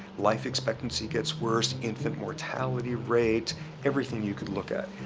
life expectancy gets worse. infant mortality rate everything you could look at.